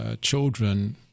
children